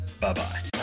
Bye-bye